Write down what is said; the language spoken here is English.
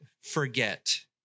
forget